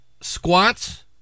squats